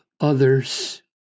others